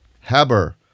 Haber